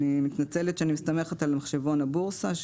אני מתנצלת שאני מסתמכת על מחשבון הבורסה,